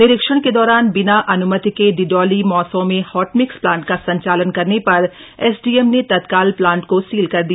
निरीक्षण के दौरान बिना अनुमति के डिडोली मार्सौं में हॉटमिक्स प्लांट का संचालन करने पर एसडीएम ने तत्काल प्लांट को सील कर दिया